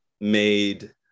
made